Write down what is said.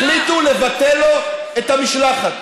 החליטו לבטל לו את המשלחת,